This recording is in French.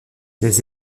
des